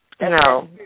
No